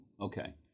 Okay